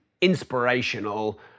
inspirational